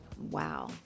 wow